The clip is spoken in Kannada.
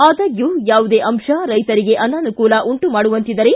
ಆದಾಗ್ಯೂ ಯಾವುದೇ ಅಂಶ ರೈತರಿಗೆ ಅನಾನುಕೂಲ ಉಂಟು ಮಾಡುವಂತಿದ್ದರೆ